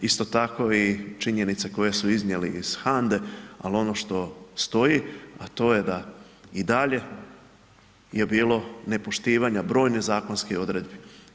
Isto tako i činjenice koje su iznijeli iz HANDA-e ali ono što stoji a to je da i dalje je bilo nepoštivanja brojnih zakonskih odredbi.